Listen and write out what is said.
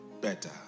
better